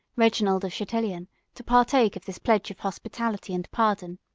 reginald of chatillon, to partake of this pledge of hospitality and pardon.